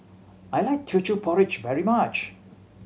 I like Teochew Porridge very much